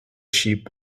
sheep